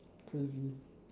crazy